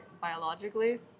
biologically